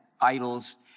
idols